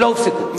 שלא הופסקו.